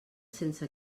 sense